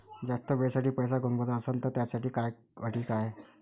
जास्त वेळेसाठी पैसा गुंतवाचा असनं त त्याच्यासाठी काही अटी हाय?